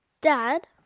Dad